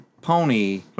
pony